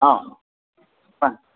অ' কোৱা